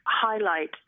highlight